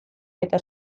eta